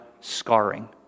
scarring